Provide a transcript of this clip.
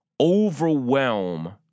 overwhelm